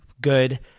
good